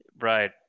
Right